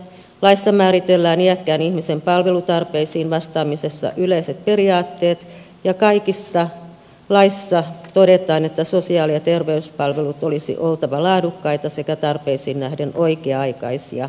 laissa määritellään iäkkään ihmisen palvelutarpeisiin vastaamisessa yleiset periaatteet ja kaikissa laeissa todetaan että sosiaali ja terveyspalvelujen olisi oltava laadukkaita sekä tarpeisiin nähden oikea aikaisia ja riittäviä